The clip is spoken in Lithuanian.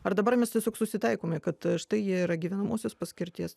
ar dabar mes tiesiog susitaikome kad štai jie yra gyvenamosios paskirties